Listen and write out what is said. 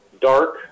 dark